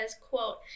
quote